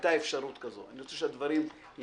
והייתה אפשרות כזו אני רוצה שהדברים ייאמרו.